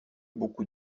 beaucoup